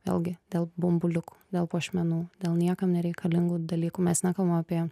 vėlgi dėl bumbuliukų dėl puošmenų dėl niekam nereikalingų dalykų mes nekalbam apie